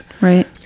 Right